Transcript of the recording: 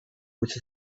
with